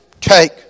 take